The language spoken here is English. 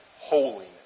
holiness